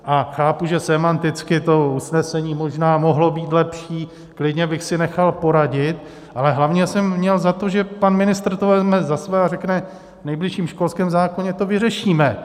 A chápu, že sémanticky to usnesením možná mohlo být lepší, klidně bych si nechal poradit, ale hlavně jsem měl za to, že pan ministr to vezme za své a řekne: v nejbližším školském zákoně to vyřeším.